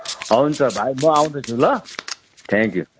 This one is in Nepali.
हुन्छ भाइ म आउँदैछु ल थ्याङ्क यू